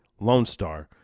LONESTAR